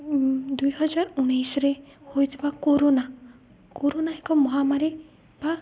ଦୁଇହଜାର ଉଣେଇଶରେ ହୋଇଥିବା କରୋନା କରୋନା ଏକ ମହାମାରୀ ବା